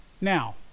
now